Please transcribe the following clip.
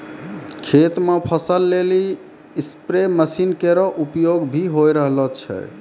खेत म फसल लेलि स्पेरे मसीन केरो उपयोग भी होय रहलो छै